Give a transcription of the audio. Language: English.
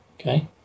Okay